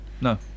no